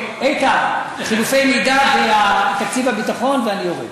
איתן, רק חילופי מידע ותקציב הביטחון ואני יורד.